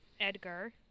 Edgar